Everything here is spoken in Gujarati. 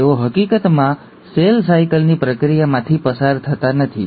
તેઓ હકીકતમાં સેલ સાયકલની પ્રક્રિયામાંથી પસાર થતા નથી